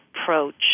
approach